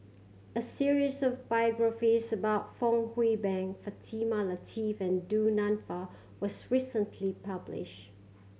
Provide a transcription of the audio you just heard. a series of biographies about Fong Hoe Beng Fatimah Lateef and Du Nanfa was recently publish